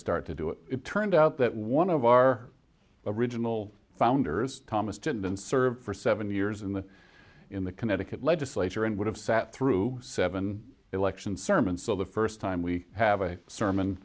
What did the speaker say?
start to do it it turned out that one of our original founders thomas didn't serve for seven years in the in the connecticut legislature and would have sat through seven election sermons so the first time we have a sermon